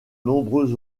nombreux